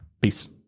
Peace